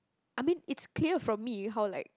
I mean it's clear from me you how like